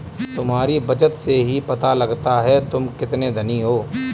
तुम्हारी बचत से ही पता लगता है तुम कितने धनी हो